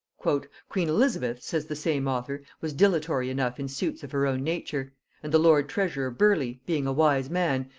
queen elizabeth, says the same author, was dilatory enough in suits of her own nature and the lord treasurer burleigh, being a wise man,